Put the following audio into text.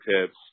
tips